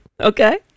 okay